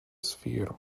sphere